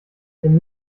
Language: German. dem